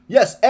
Yes